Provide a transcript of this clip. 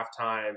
halftime